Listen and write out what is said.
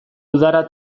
udara